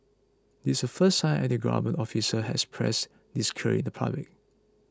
this the first time any government official has expressed this clearly in public